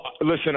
listen